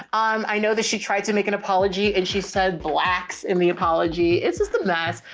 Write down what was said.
um, i know that she tried to make an apology and she said blacks in the apology. it's just a mess.